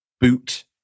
Boot